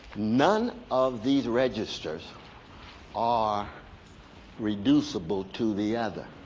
none of these registers are reducible to the other.